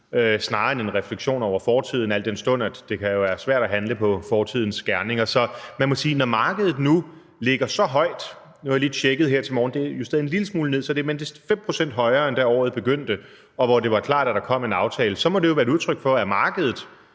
snarere end en refleksion over fortiden, al den stund at det jo kan være svært at handle på fortidens gerninger. Så man må jo sige, at det, når markedet nu ligger så højt – nu har jeg lige tjekket det her til morgen, og det er justeret en lille smule ned, men det er 5 pct. højere, end da året begyndte, og hvor det var klart, at der kom en aftale – så må være et udtryk for, at markedet